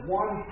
one